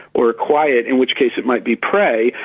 or quiet, in which case it might be prey,